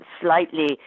slightly